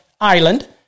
island